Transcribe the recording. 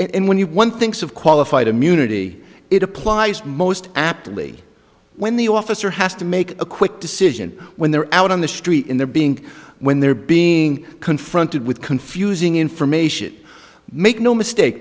law and when one thinks of qualified immunity it applies most aptly when the officer has to make a quick decision when they're out on the street in their being when they're being confronted with confusing information make no mistake